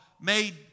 made